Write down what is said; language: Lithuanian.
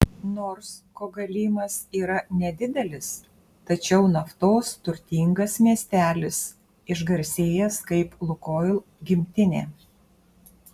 nors kogalymas yra nedidelis tačiau naftos turtingas miestelis išgarsėjęs kaip lukoil gimtinė